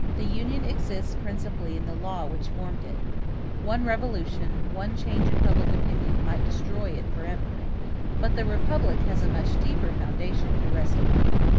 the union exists principally in the law which formed it one revolution, one change in public opinion, might destroy it forever but the republic has a much deeper foundation to rest upon.